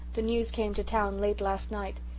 the news came to town late last night.